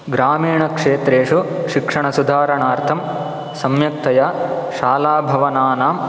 ग्रामीणक्षेत्रेषु शिक्षणसुधारणार्थं सम्यक्तया शालाभवनानां